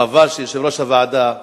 וחבל שיושב-ראש הוועדה,